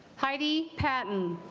heidi patton